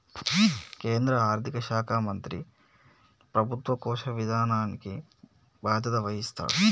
కేంద్ర ఆర్థిక శాఖ మంత్రి ప్రభుత్వ కోశ విధానానికి బాధ్యత వహిస్తాడు